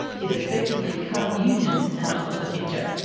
it effectively cut unions out of the picture.